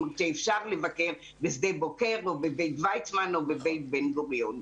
כי אפשר לבקר בשדה בוקר או בבית ויצמן או בבית בן גוריון.